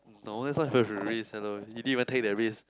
no that's not even risk at all he didn't even take the risk